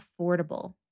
affordable